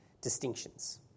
distinctions